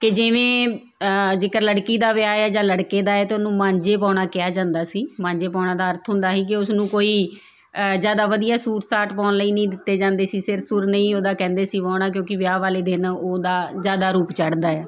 ਕਿ ਜਿਵੇਂ ਜੇਕਰ ਲੜਕੀ ਦਾ ਵਿਆਹ ਹੈ ਜਾਂ ਲੜਕੇ ਦਾ ਹੈ ਤਾਂ ਉਹਨੂੰ ਮਾਂਝੇ ਪਾਉਣਾ ਕਿਹਾ ਜਾਂਦਾ ਸੀ ਮਾਂਜੇ ਪਾਉਣਾ ਦਾ ਅਰਥ ਹੁੰਦਾ ਸੀ ਕਿ ਉਸਨੂੰ ਕੋਈ ਜ਼ਿਆਦਾ ਵਧੀਆ ਸੂਟ ਸਾਟ ਪਾਉਣ ਲਈ ਨਹੀਂ ਦਿੱਤੇ ਜਾਂਦੇ ਸੀ ਸਿਰ ਸੁਰ ਨਹੀਂ ਉਹਦਾ ਕਹਿੰਦੇ ਸੀ ਵਾਹੁਣਾ ਕਿਉਂਕਿ ਵਿਆਹ ਵਾਲੇ ਦਿਨ ਉਹਦਾ ਜ਼ਿਆਦਾ ਰੂਪ ਚੜਦਾ ਆ